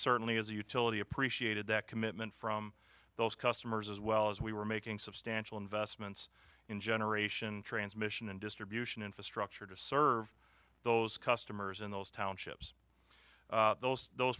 certainly as a utility appreciated that commitment from those customers as well as we were making substantial investments in generation transmission and distribution infrastructure to serve those customers in those townships those those